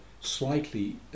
slightly